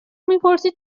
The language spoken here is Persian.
میپرسی